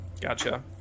Gotcha